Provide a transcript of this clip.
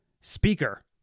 Speaker